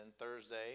Thursday